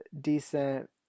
decent